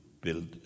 build